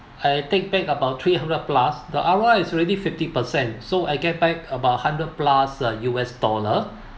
I take back about three hundred plus the R_O_I is already fifty per cent so I get back about hundred plus uh U_S dollar